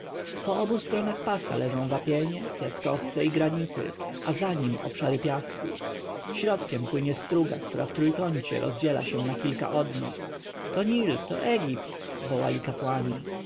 po obu stronach pasa leżą wapienie piaskowce i granity a za niemi obszary piasku środkiem płynie struga która w trójkącie rozdziela się na kilka odnóg to nil to egipt wołali kapłani